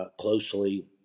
closely